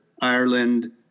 Ireland